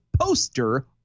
poster